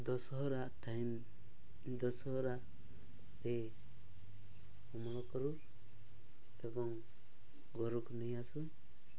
Dussehra time ଦଶହରାରେ ଅମଳ କରୁ ଏବଂ ଘରକୁ ନେଇ ଆସୁ